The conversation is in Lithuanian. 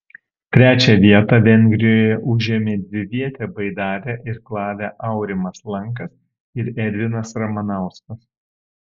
trečią vietą vengrijoje užėmė dvivietę baidarę irklavę aurimas lankas ir edvinas ramanauskas